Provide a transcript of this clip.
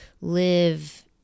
live